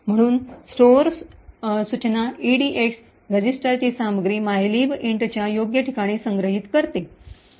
म्हणूनच स्टोअर सूचना ईडीएक्स रजिस्टरची सामग्री मायलीब इंटच्या योग्य ठिकाणी संग्रहित करते